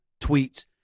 tweets